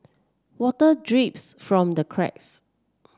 water drips from the cracks